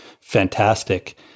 fantastic